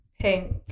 pink